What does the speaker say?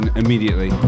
immediately